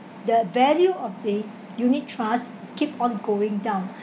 the value of the unit trust keep on going down